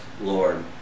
Lord